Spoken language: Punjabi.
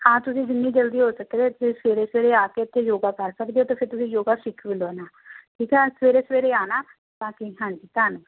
ਹਾਂ ਤੁਸੀਂ ਜਿੰਨੀ ਜਲਦੀ ਹੋ ਸਕਦਾ ਤੁਸੀਂ ਸਵੇਰੇ ਸਵੇਰੇ ਆ ਕੇ ਇੱਥੇ ਯੋਗਾ ਕਰ ਸਕਦੇ ਹੋ ਅਤੇ ਫਿਰ ਤੁਸੀਂ ਯੋਗਾ ਸਿੱਖ ਵੀ ਲਓ ਨਾਲ ਠੀਕ ਆ ਸਵੇਰੇ ਸਵੇਰੇ ਆਉਣਾ ਤਾਂ ਕੀ ਹਾਂਜੀ ਧੰਨਵਾਦ